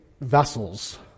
vessels